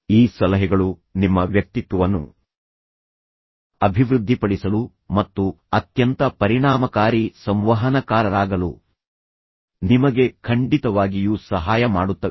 ಈ ಸಲಹೆಗಳು ನಿಮ್ಮ ವ್ಯಕ್ತಿತ್ವವನ್ನು ಅಭಿವೃದ್ಧಿಪಡಿಸಲು ಮತ್ತು ಅತ್ಯಂತ ಪರಿಣಾಮಕಾರಿ ಸಂವಹನಕಾರರಾಗಲು ನಿಮಗೆ ಖಂಡಿತವಾಗಿಯೂ ಸಹಾಯ ಮಾಡುತ್ತವೆ